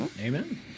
Amen